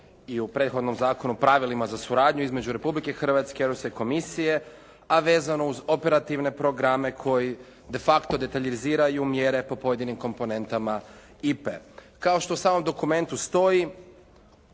i u prethodnom zakonu o pravilima za suradnju između Republike Hrvatske i Europske komisije, a vezano uz operativne programe koji de facto dataljiziraju mjere po pojedinim komponentama IPA-e. Kao što u samom dokumentu stoji,